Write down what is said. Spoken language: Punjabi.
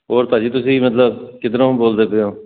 ਹੋਰ ਭਾਅ ਜੀ ਤੁਸੀਂ ਮਤਲਬ ਕਿਧਰੋਂ ਬੋਲਦੇ ਪਏ ਹੋ